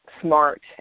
smart